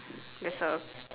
there's A